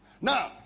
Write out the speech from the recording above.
Now